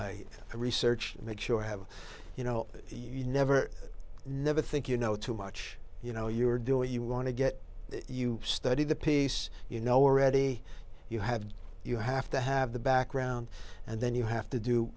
i research make sure i have you know you never never think you know too much you know you are doing you want to get you studied the piece you know already you have you have to have the background and then you have to do